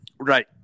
Right